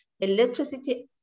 Electricity